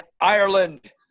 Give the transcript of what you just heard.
Ireland